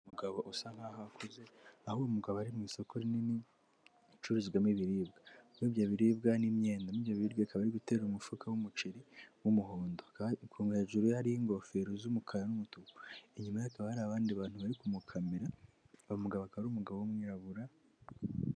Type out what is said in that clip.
Umugabo usa nkaho akuze aho umugabo ari mu isoko rinini ricururizwamo ibiribwa buyobye biribwa n'imyenda'byo biryo ikaba gutera umufuka w'umuceri wumuhondo kandimwe hejuru yari ingofero z'umukara n'umutuku inyuma hakaba hari abandi bantu bari kumukamira aka ari umugabo w'umwirabura.